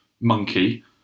monkey